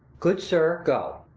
good, sir, go.